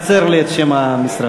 זה מקצר לי את שם המשרד.